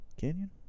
Canyon